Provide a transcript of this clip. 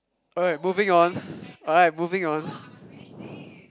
alright moving on alright moving on